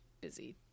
busy